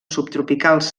subtropicals